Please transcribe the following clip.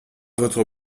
votre